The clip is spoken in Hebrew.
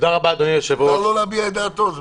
אדוני היושב-ראש, אני